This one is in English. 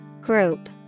Group